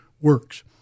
works